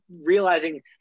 realizing